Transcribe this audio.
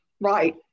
right